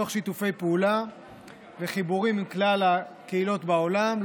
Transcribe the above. תוך שיתוף פעולה וחיבורים עם כלל הקהילות בעולם,